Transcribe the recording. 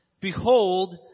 behold